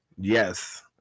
Yes